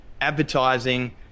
Advertising